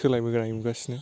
सोलायबोनाय नुगासिनो